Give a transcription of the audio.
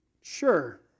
Sure